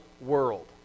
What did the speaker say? world